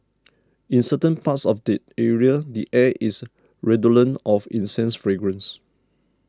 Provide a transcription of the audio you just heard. in certain parts of the area the air is redolent of incense fragrance